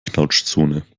knautschzone